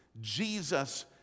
Jesus